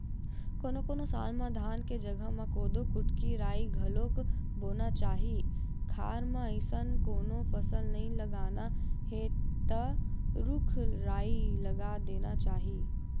कोनो कोनो साल म धान के जघा म कोदो, कुटकी, राई घलोक बोना चाही खार म अइसन कोनो फसल नइ लगाना हे त रूख राई लगा देना चाही